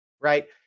right